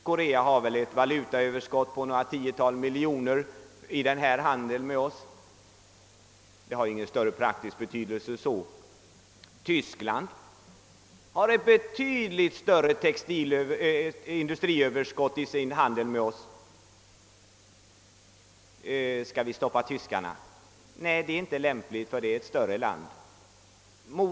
Korea har kanske ett valutaöverskott på några tiotal miljoner kro nor i denna handel med oss; det har ingen större betydelse. Tyskland har ett betydligt större valutaöverskott i sin handel med oss. Skall vi stoppa tyskarna? Nej, det är inte lämpligt, eftersom Tyskland är ett större land.